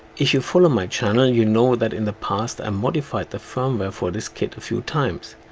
if you follow my channel you know that in the past i modified the firmware for this kit a few times.